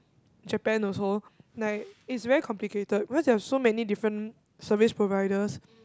Japan also like it's very complicated because they have so many different service providers